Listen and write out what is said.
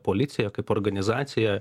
policija kaip organizacija